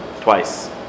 Twice